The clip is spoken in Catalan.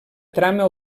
trama